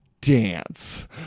dance